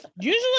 usually